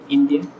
India